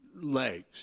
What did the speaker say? legs